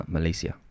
Malaysia